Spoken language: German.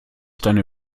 deine